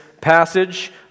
passage